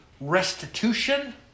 restitution